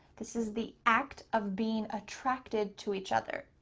this is the act of being attracted to each other.